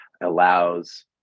allows